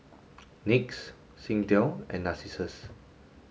NYX Singtel and Narcissus